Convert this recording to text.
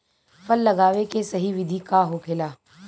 फल लगावे के सही विधि का होखेला?